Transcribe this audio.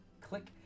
click